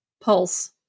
pulse